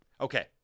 Okay